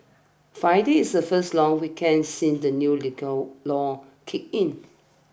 Friday is the first long weekend since the new liquor laws kicked in